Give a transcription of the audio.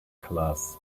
class